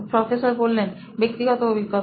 professor ব্যক্তিগত অভিজ্ঞতা